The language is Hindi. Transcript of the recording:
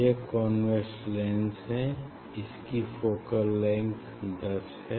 यह कॉन्वेक्स लेंस है इसकी फोकल लेंग्थ लगभग 10 है